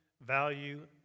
value